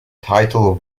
title